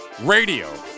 Radio